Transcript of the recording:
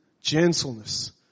gentleness